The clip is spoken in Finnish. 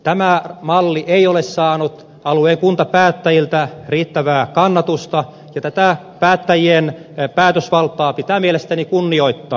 tämä malli ei ole saanut alueen kuntapäättäjiltä riittävää kannatusta ja tätä päättäjien päätösvaltaa pitää mielestäni kunnioittaa